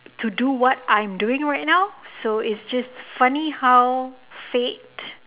to do what I'm doing right now so is just funny how fate